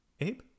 Abe